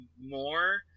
more